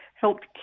helped